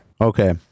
Okay